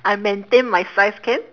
I maintain my size can